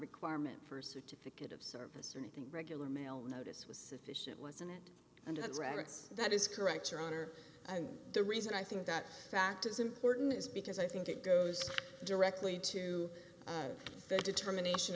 requirement for certificate of service or anything regular mail notice was sufficient wasn't and its records that is correct your honor and the reason i think that fact is important is because i think it goes directly to the determination